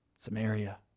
Samaria